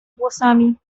włosami